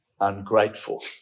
ungrateful